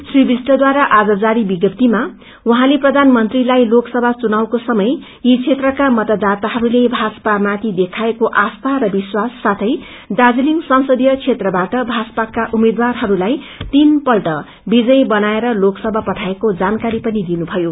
श्री बिस्टद्वारा आज जारी विज्ञप्तीमा उहाँले प्रधानमन्त्रीलाई लोकसभा चुनावको समय यी क्षेत्रका मतदाताहरूले भाजपा माथि देखाएको आस्था र विश्वास साथै दार्जीलिङ संसदीय क्षेत्रबाट भाजपाका उम्मेद्वारहरूलाई तीन पल्ट विजयी बनाएर लोकसभा पठाएको जानकारी पनि दिनु भयो